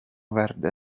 verde